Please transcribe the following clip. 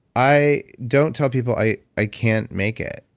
i don't tell people i i can't make it.